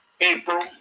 April